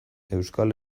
euskal